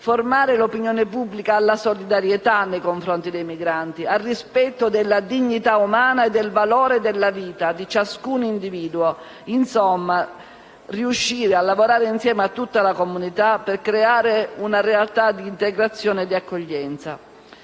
formare l'opinione pubblica alla solidarietà nei confronti dei migranti e al rispetto della dignità umana e del valore della vita di ciascun individuo. Insomma, occorre lavorare insieme a tutta la comunità per creare una realtà di integrazione e accoglienza.